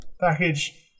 package